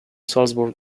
salzburg